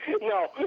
No